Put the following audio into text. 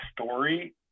story